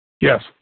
Yes